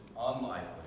unlikely